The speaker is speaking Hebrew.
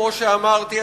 כמו שאמרתי,